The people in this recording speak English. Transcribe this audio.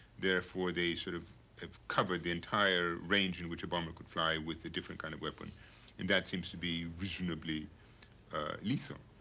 therefore, they sort of have covered the entire range in which a bomber could fly with a different kind of weapon and that seems to be reasonably lethal.